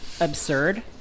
absurd